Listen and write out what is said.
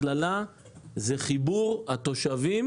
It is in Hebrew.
הכללה זה חיבור התושבים